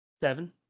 Seven